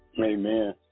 Amen